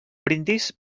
brindis